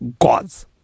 gods